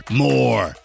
more